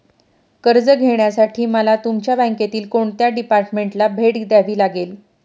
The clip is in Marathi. कर्ज घेण्यासाठी मला तुमच्या बँकेतील कोणत्या डिपार्टमेंटला भेट द्यावी लागेल?